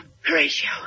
Horatio